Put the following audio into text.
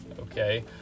Okay